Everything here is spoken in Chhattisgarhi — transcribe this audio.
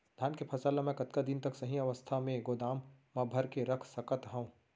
धान के फसल ला मै कतका दिन तक सही अवस्था में गोदाम मा भर के रख सकत हव?